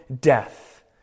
death